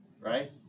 right